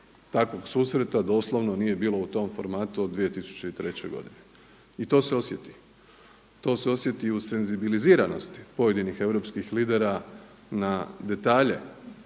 Takvog susreta doslovno nije bilo u tom formatu od 2003. godine i to se osjeti. To se osjeti i u senzibiliziranosti pojedinih europskih lidera na detalje